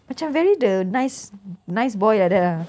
macam very the nice nice boy like that ah